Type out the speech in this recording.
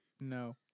No